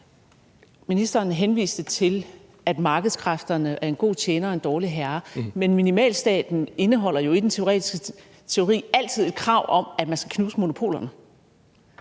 Ministeren henviste til, at markedskræfterne er en god tjener og en dårlig herre, men minimalstaten indeholder jo teoretisk altid et krav om, at man skal knuse monopolerne.